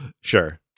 Sure